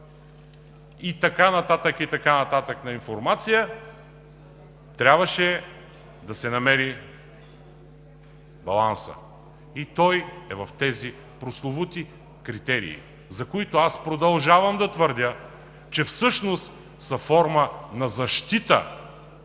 и така нататък, и така нататък – на информация, трябваше да се намери балансът. И той е в тези прословути критерии, за които аз продължавам да твърдя, че всъщност са форма на защита